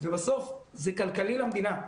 בסוף זה כלכלי למדינה.